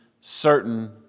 Certain